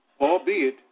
Albeit